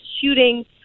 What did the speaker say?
shooting